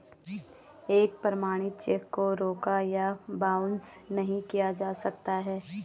एक प्रमाणित चेक को रोका या बाउंस नहीं किया जा सकता है